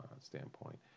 standpoint